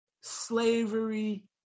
slavery